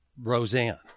Roseanne